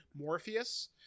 morpheus